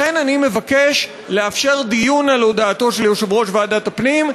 לכן אני מבקש לאפשר דיון על הודעתו של יושב-ראש ועדת הפנים,